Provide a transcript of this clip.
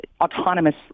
autonomous